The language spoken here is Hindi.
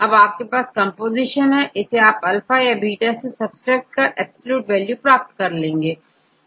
अब आपके पास कंपोजीशन है इसे आप अल्फा या बीटा से सब ट्रैक्ट कर एब्सलूट वैल्यू प्राप्त कर सकते हैं